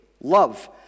love